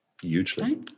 hugely